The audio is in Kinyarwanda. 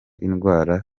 indwara